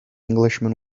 englishman